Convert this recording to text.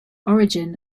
origin